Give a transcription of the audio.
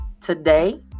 today